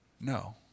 no